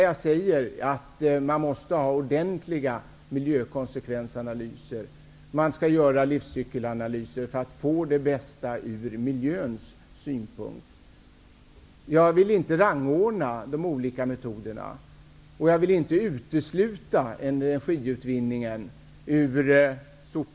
Jag säger ju att det måste göras ordentliga miljökonsekvensanalyser. Man skall göra livscykelanalyser för att få det bästa ur miljöns synpunkt. Jag vill inte rangordna de olika metoderna, och jag vill inte utesluta energiutvinning.